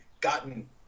gotten